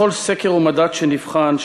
בכל סקר ומדד שנבחן,